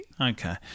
Okay